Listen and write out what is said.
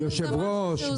היושב-ראש,